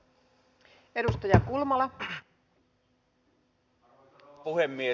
arvoisa rouva puhemies